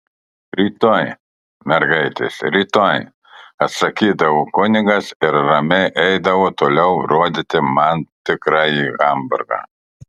rytoj mergaitės rytoj atsakydavo kunigas ir ramiai eidavo toliau rodyti man tikrąjį hamburgą